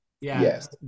yes